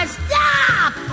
stop